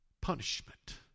punishment